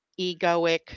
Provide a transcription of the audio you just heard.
egoic